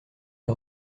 est